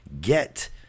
get